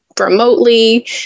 remotely